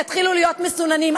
יתחילו להיות מסוננים.